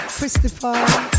Christopher